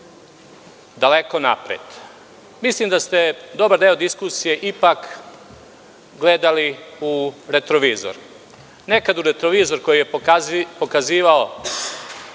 daleko napred. Mislim da ste dobar deo diskusije ipak gledali u retrovizor. Nekad u retrovizor koji je pokazivao